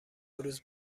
روز